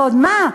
ועוד מה?